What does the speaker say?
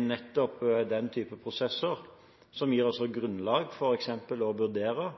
nettopp den type prosesser som gir grunnlag for f.eks. å vurdere